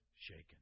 shaken